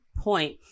point